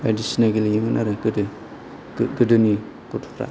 बायदिसिना गेलेयोमोन आरो गोदो गोदोनि गथ'फ्रा